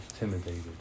intimidated